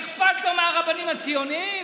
אכפת לו מהרבנים הציוניים?